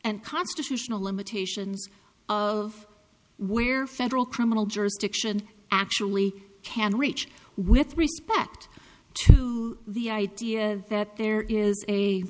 and constitutional limitations of where federal criminal jurisdiction actually can reach with respect to the idea that there is a